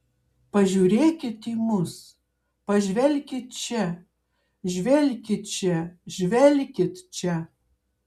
pažiūrėkit į mus pažvelkit čia žvelkit čia žvelkit čia